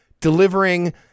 delivering